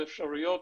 את האפשרויות